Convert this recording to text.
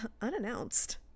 Unannounced